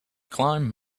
climb